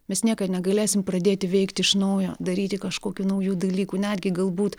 mes niekad negalėsim pradėti veikti iš naujo daryti kažkokių naujų dalykų netgi galbūt